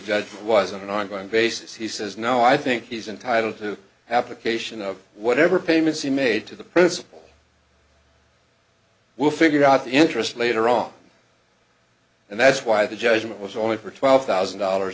judge was on an ongoing basis he says no i think he's entitled to application of whatever payments he made to the principal will figure out the interest later on and that's why the judgment was only for twelve thousand dollars